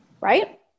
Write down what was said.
right